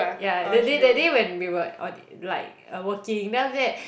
yeah that day that day when we were on like working then after that